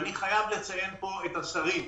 אני חייב לציין פה את השרים.